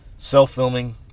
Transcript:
Self-filming